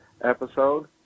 episode